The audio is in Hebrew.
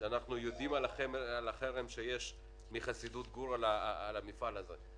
אנחנו יודעים על החרם שיש מחסידות גור על המפעל הזה.